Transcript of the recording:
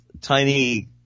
tiny